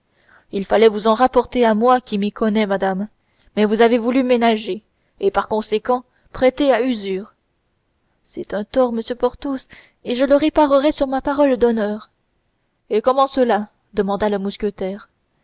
il fallait vous en rapporter à moi qui m'y connais madame mais vous avez voulu ménager et par conséquent prêter à usure c'est un tort monsieur porthos et je le réparerai sur ma parole d'honneur et comment cela demanda le mousquetaire